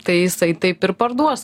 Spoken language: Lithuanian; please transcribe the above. tai jisai taip ir parduos